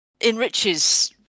enriches